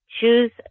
choose